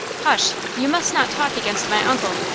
hush! you must not talk against my uncle.